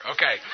Okay